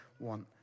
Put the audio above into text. Want